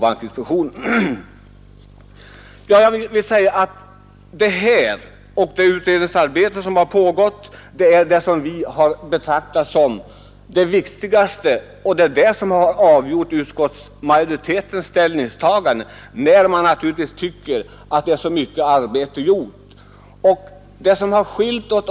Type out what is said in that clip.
Jag vill framhålla att det utredningsarbete som pågått har vi betraktat som det viktigaste. Det har avgjort utskottsmajoritetens ställningstagande. Vi tycker naturligtvis att man måste ta hänsyn till det stora arbete som här är nedlagt.